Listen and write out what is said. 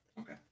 Okay